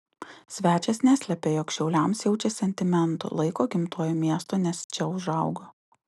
svečias neslėpė jog šiauliams jaučia sentimentų laiko gimtuoju miestu nes čia užaugo